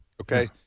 Okay